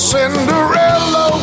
Cinderella